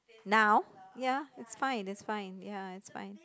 now ya it's fine it's fine ya it's fine